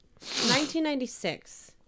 1996